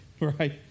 right